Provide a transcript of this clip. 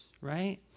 right